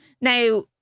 Now